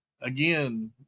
again